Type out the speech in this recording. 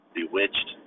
Bewitched